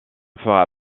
fera